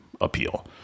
appeal